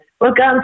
welcome